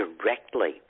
directly